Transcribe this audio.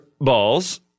balls